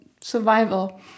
survival